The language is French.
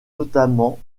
notamment